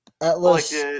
Atlas